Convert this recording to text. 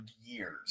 years